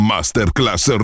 Masterclass